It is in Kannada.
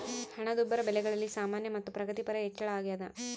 ಹಣದುಬ್ಬರ ಬೆಲೆಗಳಲ್ಲಿ ಸಾಮಾನ್ಯ ಮತ್ತು ಪ್ರಗತಿಪರ ಹೆಚ್ಚಳ ಅಗ್ಯಾದ